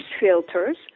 filters